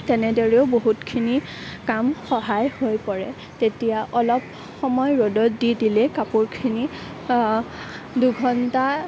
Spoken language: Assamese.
তেনেদৰেও বহুতখিনি কাম সহায় হৈ পৰে তেতিয়া অলপ সময় ৰ'দত দি দিলে কাপোৰখিনি দুঘণ্টা